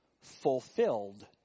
fulfilled